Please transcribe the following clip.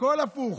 הכול הפוך,